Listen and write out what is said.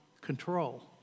control